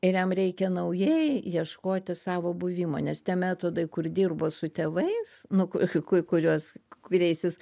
ir jam reikia naujai ieškoti savo buvimo nes tie metodai kur dirbo su tėvais nu ku kuriuos kuriais jis